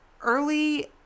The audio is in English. early